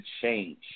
change